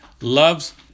loves